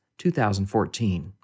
2014